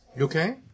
okay